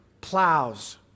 plows